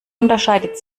unterscheidet